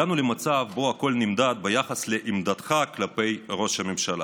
הגענו למצב שבו הכול נמדד ביחס לעמדתך כלפי ראש הממשלה.